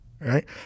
Right